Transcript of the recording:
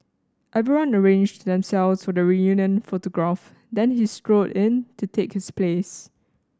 everyone arranged themselves for the reunion photograph then he strode in to take his place